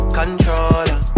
controller